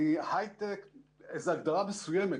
איזו הגדרה מסוימת,